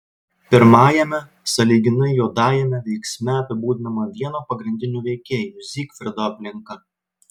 pirmajame sąlyginai juodajame veiksme apibūdinama vieno pagrindinių veikėjų zygfrido aplinka